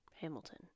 Hamilton